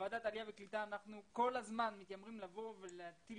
בוועדת העלייה והקליטה כל הזמן מתיימרים לבוא ולהטיל